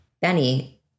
Benny